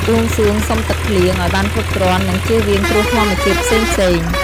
បួងសួងសុំទឹកភ្លៀង ឱ្យបានគ្រប់គ្រាន់ និងជៀសវាងគ្រោះធម្មជាតិផ្សេងៗ។